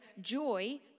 Joy